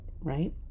right